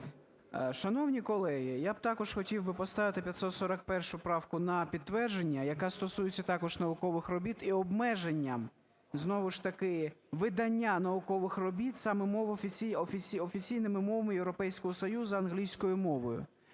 Шановні колеги, я б також хотів би поставити 541 правку на підтвердження, яка стосується також наукових робіт, і обмеженням, знову ж таки, видання наукових робіт саме офіційними мовами Європейського Союзу – англійською мовою.